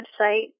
website